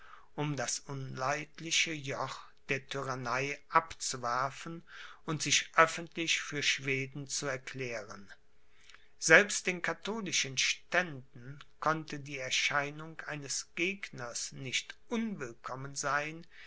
um das unleidliche joch der tyrannei abzuwerfen und sich öffentlich für schweden zu erklären selbst den katholischen ständen konnte die erscheinung eines gegners nicht unwillkommen sein